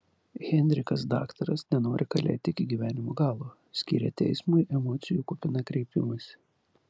henrikas daktaras nenori kalėti iki gyvenimo galo skyrė teismui emocijų kupiną kreipimąsi